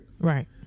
Right